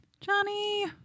Johnny